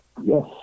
yes